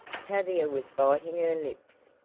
tavia was biting her lips.